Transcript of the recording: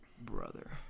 brother